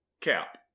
cap